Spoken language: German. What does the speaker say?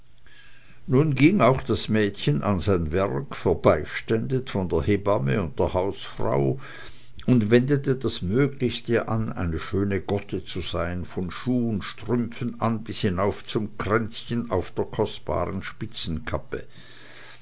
nun ging auch das mädchen an sein werk verbeiständet von der hebamme und der hausfrau und wendete das möglichste an eine schöne gotte zu sein von schuh und strümpfen an bis hinauf zum kränzchen auf der kostbaren spitzenkappe